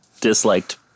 disliked